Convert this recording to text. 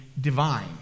divine